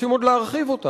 רוצים עוד להרחיב אותה.